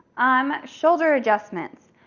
um shoulder adjustments.